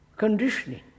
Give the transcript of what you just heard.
Conditioning